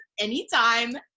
anytime